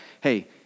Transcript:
hey